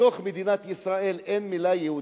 בתוך "מדינת ישראל" אין מלה יהודית?